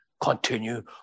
continue